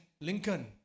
Lincoln